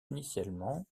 initialement